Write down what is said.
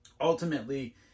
ultimately